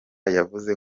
yavuze